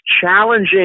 challenging